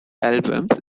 albums